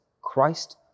Christ